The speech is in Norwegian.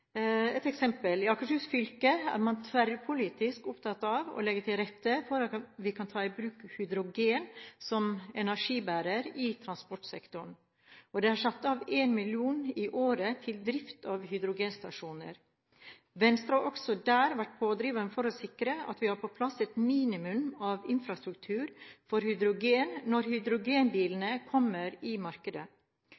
Et eksempel: I Akershus fylke er man tverrpolitisk opptatt av å legge til rette for at vi kan ta i bruk hydrogen som energibærer i transportsektoren. Det er satt av 1 mill. kr i året til drift av hydrogenstasjoner. Venstre har også der vært pådriver for å sikre at vi har på plass et minimum av infrastruktur for hydrogen når